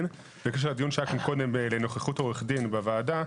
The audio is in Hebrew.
בקשר לדיון שהיה כאן קודם לגבי נוכחות עורך דין בוועדה: